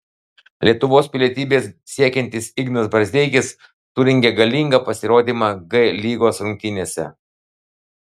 lietuvos pilietybės siekiantis ignas brazdeikis surengė galingą pasirodymą g lygos rungtynėse